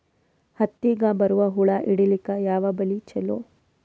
ಹತ್ತಿಗ ಬರುವ ಹುಳ ಹಿಡೀಲಿಕ ಯಾವ ಬಲಿ ಚಲೋ?